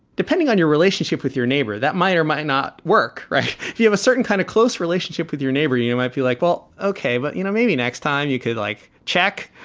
depending on your relationship with your neighbor, that might or might not work. right. you have a certain kind of close relationship with your neighbor. you you know might feel like, well, ok, but, you know, maybe next time you could, like, check.